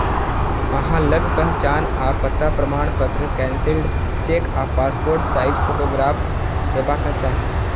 अहां लग पहचान आ पता प्रमाणपत्र, कैंसिल्ड चेक आ पासपोर्ट साइज फोटोग्राफ हेबाक चाही